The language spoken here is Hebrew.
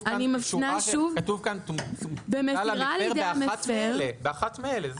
כתוב כאן "יומצא למפר באחת מאלה".